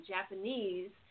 Japanese